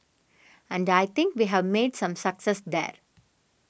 and I think we have made some success there